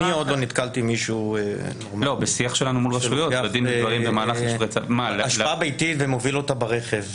אני עוד לא נתקלתי במישהו נורמטיבי שלוקח אשפה ביתית ומוביל אותה ברכב.